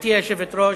גברתי היושבת-ראש,